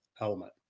element